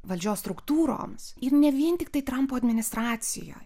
valdžios struktūroms ir ne vien tiktai trampo administracija